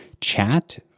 chat